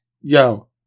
yo